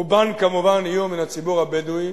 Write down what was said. רובן, כמובן, יהיו מן הציבור הבדואי,